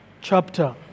chapter